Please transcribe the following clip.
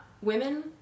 women